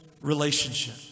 relationship